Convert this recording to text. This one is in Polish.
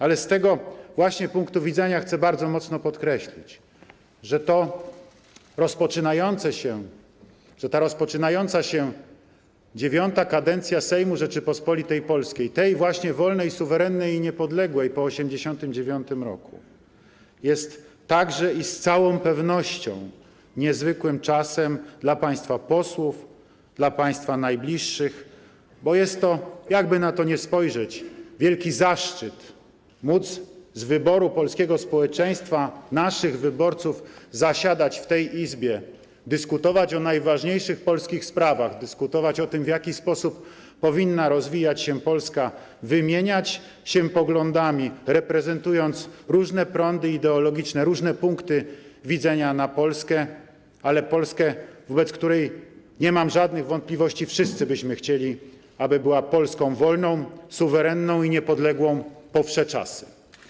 Ale z tego właśnie punktu widzenia chcę bardzo mocno podkreślić, że ta rozpoczynająca się IX kadencja Sejmu Rzeczypospolitej Polskiej, tej właśnie wolnej, suwerennej i niepodległej po 1989 r., jest także i z całą pewnością niezwykłym czasem dla Państwa Posłów, dla Państwa najbliższych, bo jest to, jakkolwiek by na to spojrzeć, wielki zaszczyt móc z wyboru polskiego społeczeństwa, naszych wyborców, zasiadać w tej Izbie, dyskutować o najważniejszych polskich sprawach, dyskutować o tym, w jaki sposób powinna rozwijać się Polska, wymieniać się poglądami, reprezentując różne prądy ideologiczne, różne punkty widzenia na Polskę, ale Polskę, wobec której - nie mam żadnych wątpliwości - wszyscy byśmy chcieli, aby była Polską wolną, suwerenną i niepodległą po wsze czasy.